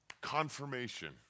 confirmation